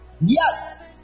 Yes